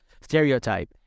stereotype